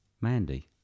Mandy